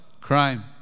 crime